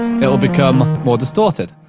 it'll become more distorted.